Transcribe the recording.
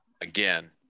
again